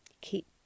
keep